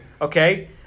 Okay